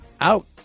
Out